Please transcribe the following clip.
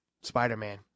spider-man